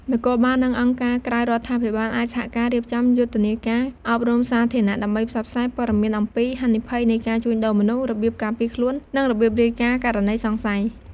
នគរបាល និងអង្គការក្រៅរដ្ឋាភិបាលអាចសហការរៀបចំយុទ្ធនាការអប់រំសាធារណៈ ដើម្បីផ្សព្វផ្សាយព័ត៌មានអំពីហានិភ័យនៃការជួញដូរមនុស្ស របៀបការពារខ្លួន និងរបៀបរាយការណ៍ករណីសង្ស័យ។